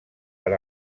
per